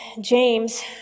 James